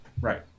right